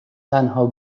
تنها